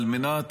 על מנת